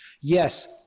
Yes